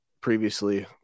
previously